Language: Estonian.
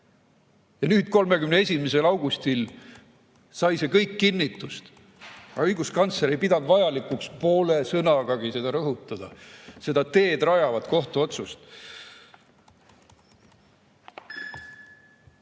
Ja nüüd, 31. augustil sai see kõik kinnitust. Aga õiguskantsler ei pidanud vajalikuks poole sõnagagi seda rõhutada, seda teedrajavat kohtuotsust.